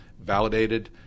validated